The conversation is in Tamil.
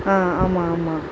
ஆமாம் ஆமாம்